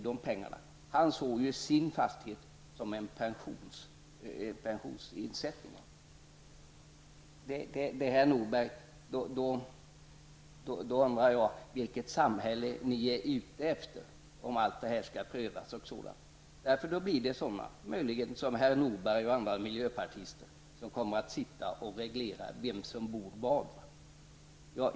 De såg ju sin fastighet som en pension. Herr Norberg, jag undrar vilket samhälle som ni i miljöpartiet vill ha om allt detta skall prövas. Då kommer sådana som herr Norberg och andra miljöpartister att sitta och reglera vem som bor var.